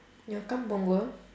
you want come punggol